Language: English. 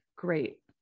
Great